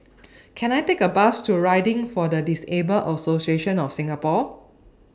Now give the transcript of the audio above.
Can I Take A Bus to Riding For The Disabled Association of Singapore